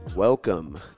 Welcome